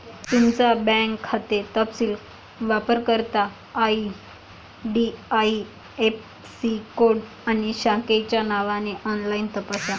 तुमचा बँक खाते तपशील वापरकर्ता आई.डी.आई.ऍफ़.सी कोड आणि शाखेच्या नावाने ऑनलाइन तपासा